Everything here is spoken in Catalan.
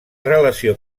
relació